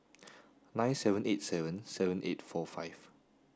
nine seven eight seven seven eight four five